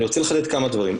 אני רוצה לחדד כמה דברים.